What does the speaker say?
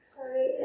Sorry